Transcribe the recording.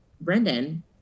Brendan